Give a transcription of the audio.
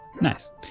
Nice